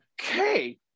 okay